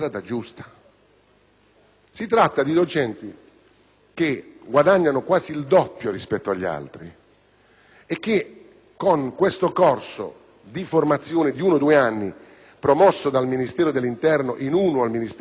Si tratta di docenti che guadagnano quasi il doppio rispetto agli altri e che, a seguito di questo corso di formazione di uno o due anni promosso dal Ministero dell'interno e da quello della pubblica istruzione,